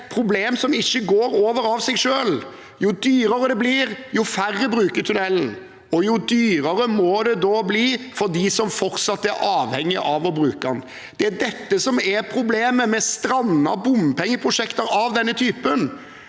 Dette er et problem som ikke går over av seg selv. Jo dyrere det blir, jo færre bruker tunnelen, og jo dyrere må det da bli for dem som fortsatt er avhengig av å bruke den. Det er dette som er problemet med strandede bompengeprosjekter av denne typen.